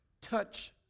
touch